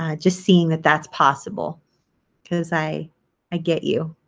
ah just seeing that that's possible because i i get you,